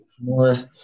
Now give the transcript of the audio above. more